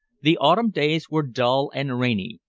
the autumn days were dull and rainy,